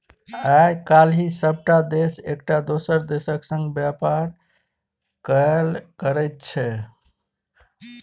आय काल्हि सभटा देश एकटा दोसर देशक संग व्यापार कएल करैत छै